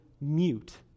mute